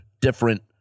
different